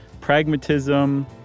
pragmatism